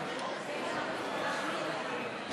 לוועדה את הצעת חוק ברית הזוגיות, התשע"ח 2018,